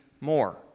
more